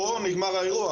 פה נגמר האירוע,